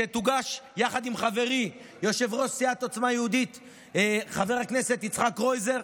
שתוגש יחד עם חברי יושב-ראש סיעת עוצמה יהודית חבר הכנסת יצחק קרויזר.